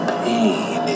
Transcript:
pain